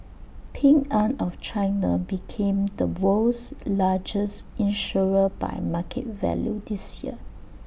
Ping an of China became the world's largest insurer by market value this year